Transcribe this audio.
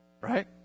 right